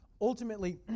ultimately